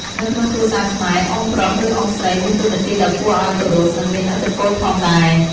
នៅក្នុងគ្រួសារខ្មែរ អ៊ុំប្រុស ឬ អ៊ុំស្រីមានតួនាទីដ៏គួរឱ្យគោរព និងមានឥទ្ធិពលផងដែរ។